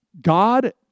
God